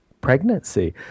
pregnancy